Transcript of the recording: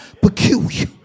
peculiar